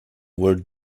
were